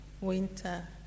winter